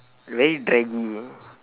very draggy